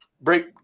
break